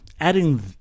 Adding